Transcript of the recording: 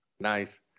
Nice